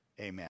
Amen